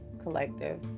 collective